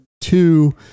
two